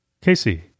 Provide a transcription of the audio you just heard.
Casey